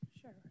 Sure